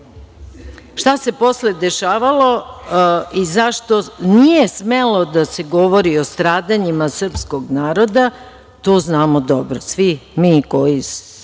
rat. Šta se posle dešavalo i zašto nije smelo da se govori o stradanjima srpskog naroda, to znamo dobro svi mi koji